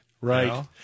Right